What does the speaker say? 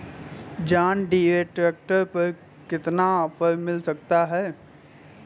John Deere tractor पर कितना offer मिल सकता है?